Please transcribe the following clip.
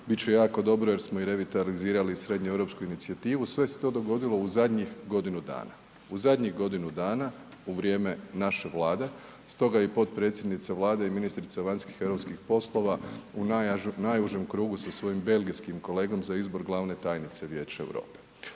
i jako dobro jer smo i revitalizirali srednje europsku inicijativu, sve se to dogodilo u zadnjih godinu dana. U zadnjih godinu dana u vrijeme naše Vlade. Stoga i potpredsjednica Vlade i ministrica vanjskih i europskih poslova u najužem krugu sa svojim belgijskim kolegom za izbor glavne tajnice Vijeća Europe.